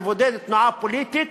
לבודד תנועה פוליטית,